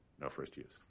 no-first-use